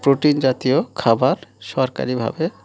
protein জাতীয় খাবার সরকারিভাবে